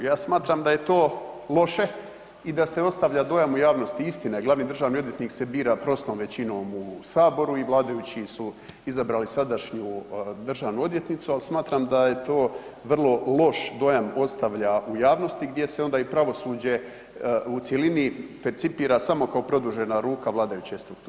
Ja smatram da je to loše i da se ostavlja dojam u javnosti, istina je glavni državni odvjetnik se bira prosnom većinom u saboru i vladajući su izabrali sadašnju državnu odvjetnicu, ali smatram da je to vrlo loš dojam ostavlja u javnosti gdje se onda i pravosuđe u cjelini percipira samo kao produžena ruka vladajuće strukture.